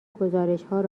گزارشهای